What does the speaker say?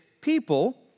people